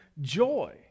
joy